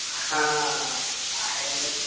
ఆయనే